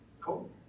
Cool